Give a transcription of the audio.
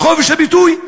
על חופש הביטוי.